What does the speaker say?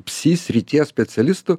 psi srities specialistų